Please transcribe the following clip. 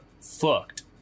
fucked